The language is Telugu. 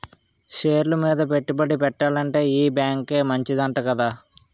షేర్లు మీద పెట్టుబడి ఎట్టాలంటే ఈ బేంకే మంచిదంట కదా